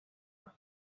yma